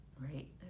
right